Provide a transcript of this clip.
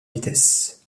vitesse